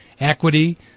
Equity